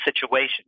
situation